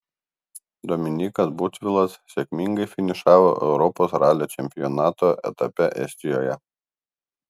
dominykas butvilas sėkmingai finišavo europos ralio čempionato etape estijoje